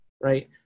right